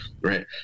Right